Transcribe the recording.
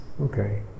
okay